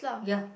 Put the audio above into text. yeah